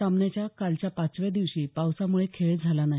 सामन्याच्या कालच्या पाचव्या दिवशी पावसामुळे खेळ झाला नाही